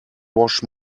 wash